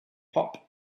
pop